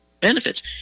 benefits